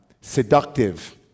seductive